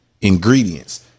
ingredients